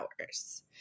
hours